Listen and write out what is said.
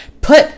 Put